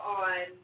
on